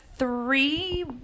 Three